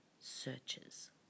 searches